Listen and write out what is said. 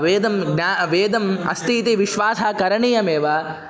वेदं ज्ञा वेदम् अस्तीति विश्वासः करणीयमेव